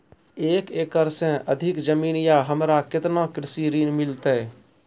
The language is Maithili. एक एकरऽ से अधिक जमीन या हमरा केतना कृषि ऋण मिलते?